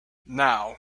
now